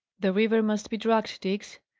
the river must be dragged, diggs,